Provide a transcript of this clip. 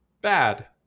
bad